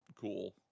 cool